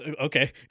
Okay